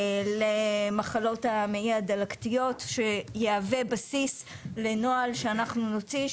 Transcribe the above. למחלות המעי הדלקתיות שיהווה בסיס לנוהל שאנחנו נוציא,